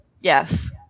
Yes